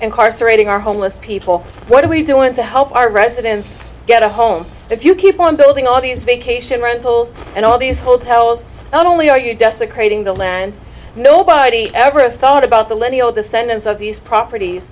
incarcerating our homeless people what are we doing to help our residents get a home if you keep on building all these vacation rentals and all these hotels not only are you desecrating the land nobody ever thought about the lineal descendant of these properties